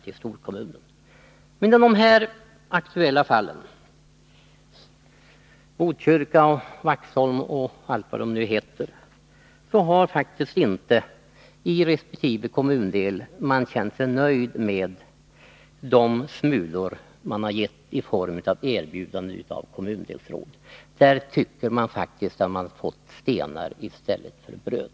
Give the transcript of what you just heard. I de aktuella kommunerna, Botkyrka, Vaxholm m.fl., har man i resp. kommundel faktiskt inte varit nöjd med de smulor som har getts i form av erbjudanden om kommundelsråd. Där anser man sig ha fått stenar i stället för bröd.